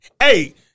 hey